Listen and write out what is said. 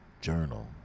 journal